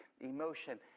emotion